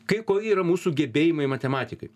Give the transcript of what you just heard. kai ko yra mūsų gebėjimai matematikai